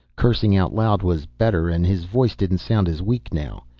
cursing out loud was better and his voice didn't sound as weak now.